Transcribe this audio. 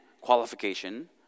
qualification